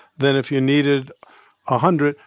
then, if you needed a hundred,